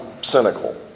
cynical